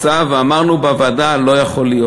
אמרנו בוועדה: לא יכול להיות.